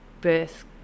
birth